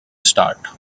start